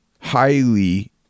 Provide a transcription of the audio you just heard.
highly